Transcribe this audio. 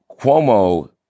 Cuomo